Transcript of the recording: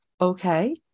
okay